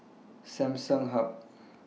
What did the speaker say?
Samsung Hub